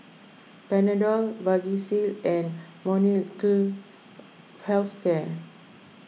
Panadol Vagisil and Molnylcke Health Care